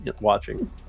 watching